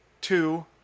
two